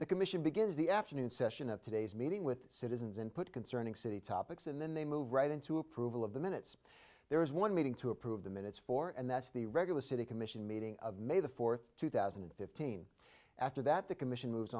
the commission begins the afternoon session of today's meeting with citizens input concerning city topics and then they move right into approval of the minutes there is one meeting to approve the minutes for and that's the regular city commission meeting of may the fourth two thousand and fifteen after that the commission moves